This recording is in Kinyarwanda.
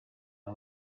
aba